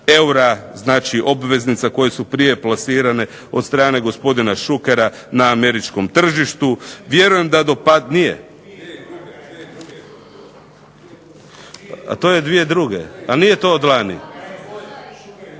znači obveznica koje su prije plasirane od strane gospodina Šukera na američkom tržištu. Vjerujem da do pad, nije? … /Upadica se ne razumije./…